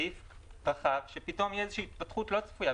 סעיף רחב שפתאום תהיה התפתחות לא צפויה,